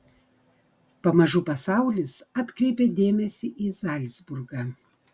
pamažu pasaulis atkreipė dėmesį į zalcburgą